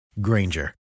Granger